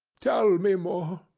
tell me more.